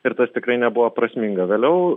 ir tas tikrai nebuvo prasminga vėliau